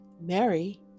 Mary